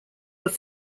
were